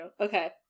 Okay